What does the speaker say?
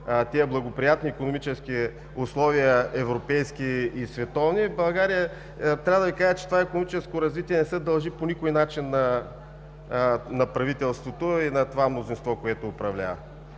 тези благоприятни икономически условия – европейски и световни. Трябва да Ви кажа, че в България икономическото развитие не се дължи по никой начин на правителството и на това мнозинство, което управлява.